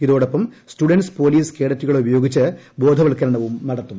ഇതോടൊപ്പം students police കേഡറ്റുകളെ ഉപ്പ്യോഗിച്ച് ബോധവത്കര ണവും നടത്തും